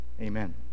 amen